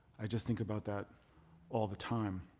i just think about that all the time.